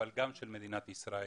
אבל גם של מדינת ישראל.